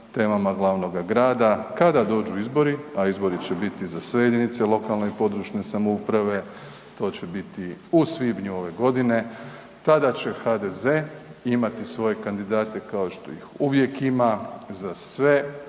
temama glavnoga grada. Kada dođu izbori, a izbori će biti za sve jedinice lokalne i područne samouprave to će biti u svibnju ove godine, tada će HDZ imati svoje kandidate kao što ih uvijek ima za sve